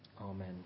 Amen